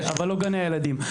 אבל לא גני הילדים.